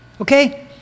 Okay